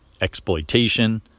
exploitation